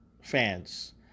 fans